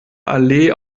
allee